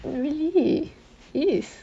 really is